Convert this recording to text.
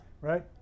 right